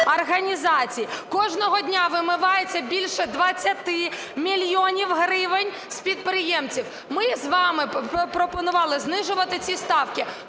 організацій. Кожного дня вимивається більше 20 мільйонів гривень з підприємців. Ми з вами пропонували знижувати ці ставки.